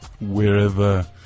wherever